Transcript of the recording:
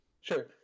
Sure